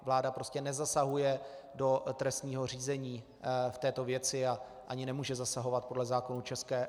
Vláda prostě nezasahuje do trestního řízení v této věci a ani nemůže zasahovat podle zákonů ČR.